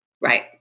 right